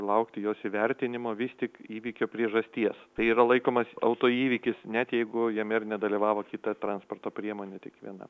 laukti jos įvertinimo vis tik įvykio priežasties tai yra laikomas autoįvykis net jeigu jame nedalyvavo kita transporto priemonė tik viena